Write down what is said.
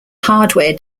hardware